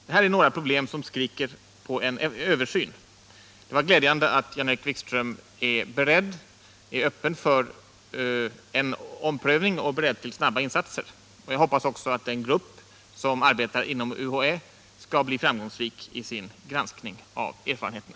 Det här är några problem som motiverar en skyndsam översyn. Det var glädjande att Jan-Erik Wikström är öppen för en omprövning och beredd till snabba insatser. Jag hoppas också att den grupp som arbetar inom UHÄ skall bli framgångsrik i sin granskning av erfarenheterna.